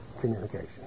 communication